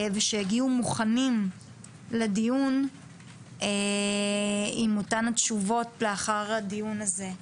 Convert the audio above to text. שיגיעו מוכנים לדיון עם אותן התשובות לאחר הדיון הזה.